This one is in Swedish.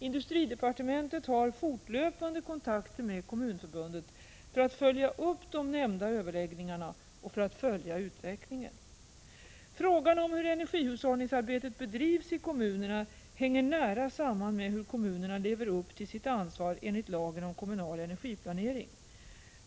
Industridepartementet har fortlöpande kontakter med Kommunförbundet för att följa upp de nämnda överläggningarna och för att följa utvecklingen. Frågan om hur energihushållningsarbetet bedrivs i kommunerna hänger nära samman med hur kommunerna lever upp till sitt ansvar enligt lagen om kommunal energiplanering.